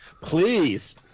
please